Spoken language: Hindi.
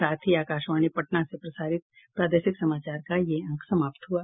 इसके साथ ही आकाशवाणी पटना से प्रसारित प्रादेशिक समाचार का ये अंक समाप्त हुआ